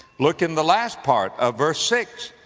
look in the last part of verse six,